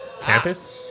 Campus